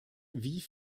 wie